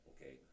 Okay